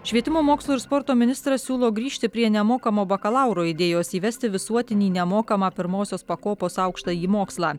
švietimo mokslo ir sporto ministras siūlo grįžti prie nemokamo bakalauro idėjos įvesti visuotinį nemokamą pirmosios pakopos aukštąjį mokslą